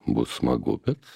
bus smagu bet